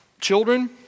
Children